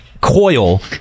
Coil